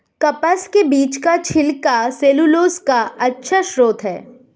कपास के बीज का छिलका सैलूलोज का अच्छा स्रोत है